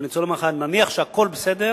אבל אני רוצה לומר לך, נניח שהכול בסדר,